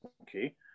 okay